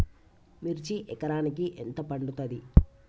మిర్చి ఎకరానికి ఎంత పండుతది?